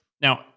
Now